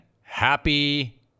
Happy